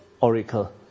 oracle